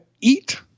eat